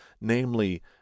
namely